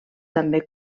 també